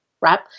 right